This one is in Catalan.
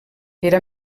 era